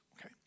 Okay